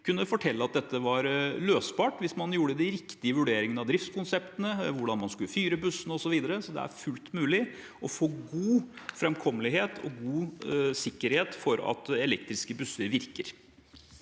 kunne fortelle at dette var løsbart hvis man gjorde de riktige vurderingene av driftskonseptene, hvordan man skulle fyre bussene, osv. Det er fullt mulig å få god framkommelighet og god sikkerhet for at elektriske busser virker.